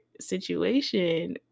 situation